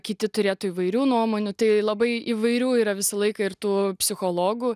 kiti turėtų įvairių nuomonių tai labai įvairių yra visą laiką ir tų psichologų